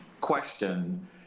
question